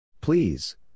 Please